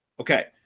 okay,